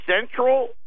Central